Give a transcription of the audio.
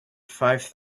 five